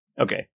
Okay